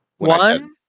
One